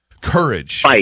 courage